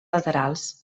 laterals